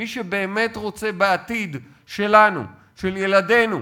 מי שבאמת רוצה בעתיד שלנו, של ילדינו,